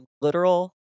literal